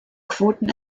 quoten